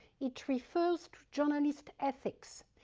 it refers to journalist ethics,